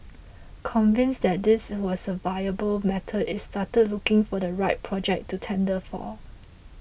convinced that this was a viable method it started looking for the right project to tender for